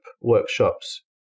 workshops